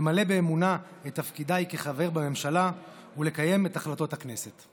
למלא באמונה את תפקידי כחבר בממשלה ולקיים את החלטות הכנסת.